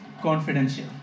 confidential